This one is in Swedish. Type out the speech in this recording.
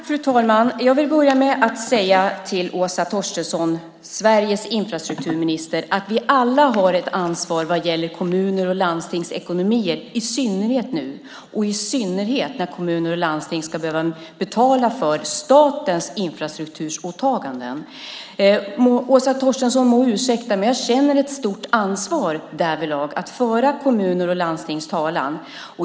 Fru talman! Jag vill säga till Åsa Torstensson, Sveriges infrastrukturminister, att vi alla har ett ansvar för kommuners och landstings ekonomier. Det gäller i synnerhet nu och särskilt när kommuner och landsting ska behöva betala för statens infrastrukturåtaganden. Åsa Torstensson må ursäkta, men jag känner ett stort ansvar för att föra kommuners och landstings talan.